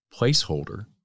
placeholder